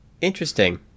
Interesting